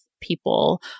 people